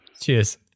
Cheers